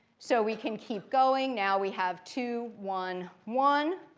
so we can keep going. now we have two, one, one.